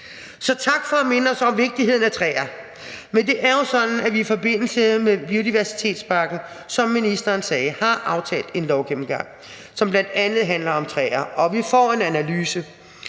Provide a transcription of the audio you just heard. Så tak for at minde os om vigtigheden af træer. Men det er jo sådan, at vi i forbindelse med biodiversitetspakken, som ministeren sagde, har aftalt en lovgennemgang, som bl.a. handler om træer, og vi får en analyse,